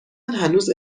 هنوز